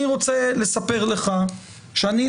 אני רוצה לספר לך שאני,